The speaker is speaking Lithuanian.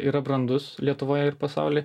yra brandus lietuvoje ir pasauly